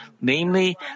Namely